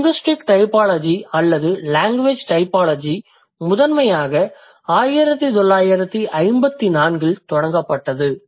linguistic typology அல்லது language typology முதன்மையாக 1954 இல் தொடங்கப்பட்டது